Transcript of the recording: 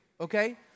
Okay